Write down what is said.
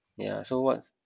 yeah so what